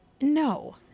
no